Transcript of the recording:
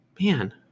Man